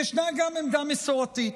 וישנה גם עמדה מסורתית.